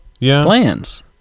plans